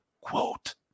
quote